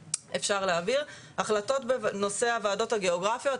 החלטות בנושא הוועדות הגיאוגרפיות,